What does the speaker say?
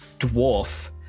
dwarf